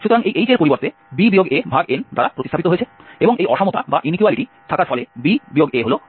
সুতরাং এই h এর পরিবর্তে n দ্বারা প্রতিস্থাপিত হয়েছে এবং এখন এই অসমতা থাকার ফলে হল 1